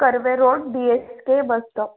Karve Road D S K bus stop